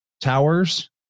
towers